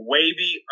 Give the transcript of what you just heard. Wavy